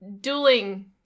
dueling